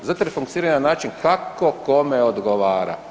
Zato jer funkcionira na način kako kome odgovara.